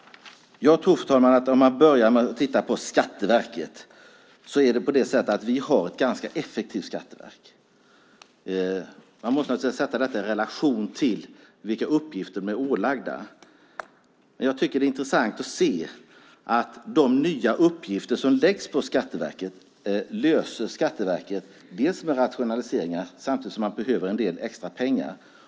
Jag tror, fru talman, att om man börjar med att titta på Skatteverket ser man att vi har ett ganska effektivt skatteverk. Man måste naturligtvis sätta detta i relation till vilka uppgifter de är ålagda, men jag tycker att det är intressant att se att de nya uppgifter som läggs på Skatteverket löser de dels med rationaliseringar samtidigt som de behöver en del extra pengar.